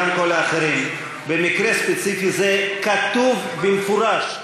וגם לכל האחרים: במקרה ספציפי זה כתוב במפורש,